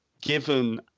given